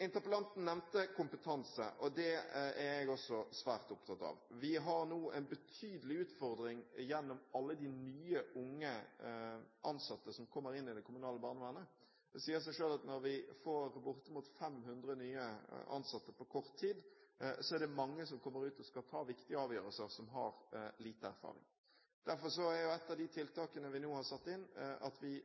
Interpellanten nevnte kompetanse, og det er også jeg svært opptatt av. Vi har nå en betydelig utfordring gjennom alle de nye, unge ansatte som kommer inn i det kommunale barnevernet. Det sier seg selv at når vi får bortimot 500 nye ansatte på kort tid, er det mange som kommer ut og skal ta viktige avgjørelser, som har lite erfaring. Derfor er ett av de tiltakene vi nå har satt inn, at vi